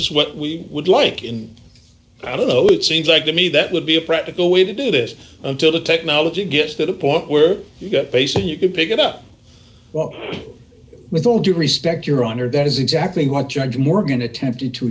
is what we would like and i don't know it seems like to me that would be a practical way to do this until the technology gets to the point where you get basic you can pick it up well with all due respect your honor that is exactly what judge morgan attempted to